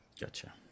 Gotcha